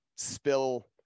spill